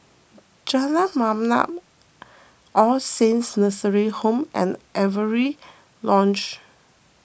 Jalan Mamam All Saints Nursing Home and Avery Lodge